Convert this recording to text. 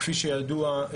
כידוע,